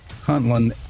Huntland